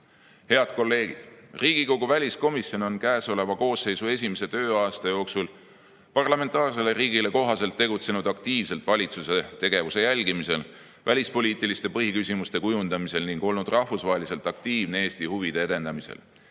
kolleegid! Riigikogu väliskomisjon on käesoleva koosseisu esimese tööaasta jooksul parlamentaarsele riigile kohaselt tegutsenud aktiivselt valitsuse tegevuse jälgimisel, välispoliitiliste põhiküsimuste kujundamisel ning olnud rahvusvaheliselt aktiivne Eesti huvide edendamisel. Eriti